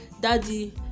daddy